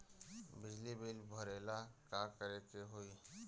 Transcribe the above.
बिजली बिल भरेला का करे के होई?